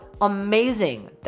amazing